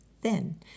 thin